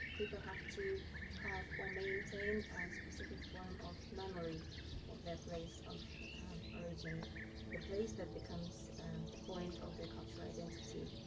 people have to have or maintain a specific form of memory of their place of origin, the place that becomes a point of their cultural identity.